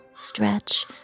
stretch